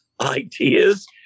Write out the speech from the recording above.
ideas